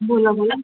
बोला बोला